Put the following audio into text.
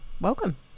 welcome